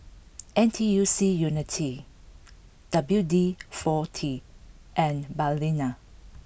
N T U C Unity W D Forty and Balina